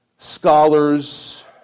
Scholars